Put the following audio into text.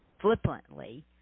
flippantly